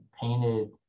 painted